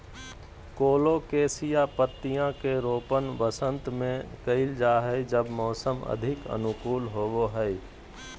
colocasia पत्तियां के रोपण वसंत में कइल जा हइ जब मौसम अधिक अनुकूल होबो हइ